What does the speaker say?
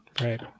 Right